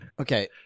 Okay